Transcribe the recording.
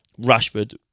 Rashford